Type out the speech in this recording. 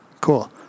Cool